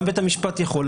גם בין המשפט יכול.